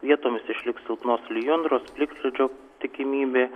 vietomis išliks silpnos lijundros plikledžio tikimybė